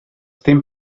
dim